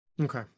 Okay